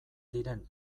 diren